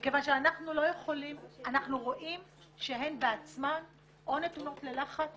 מכוון שאנחנו לא יכולים אנחנו רואים שהן בעצמן או נתונות ללחץ